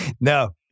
No